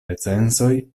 recenzoj